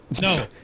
No